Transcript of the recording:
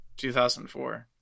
2004